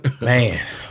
Man